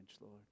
Lord